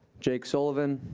jake sullivan.